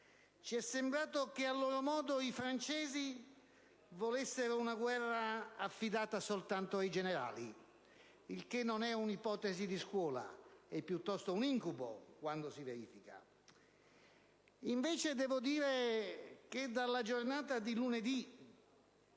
Ci è sembrato che a loro modo i francesi volessero una guerra affidata soltanto ai generali, il che non è un'ipotesi di scuola, ma piuttosto un incubo, quando si verifica. Invece devo dire che dalla giornata di lunedì